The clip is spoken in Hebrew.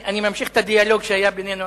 אני ממשיך את הדיאלוג שהיה בינינו,